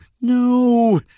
no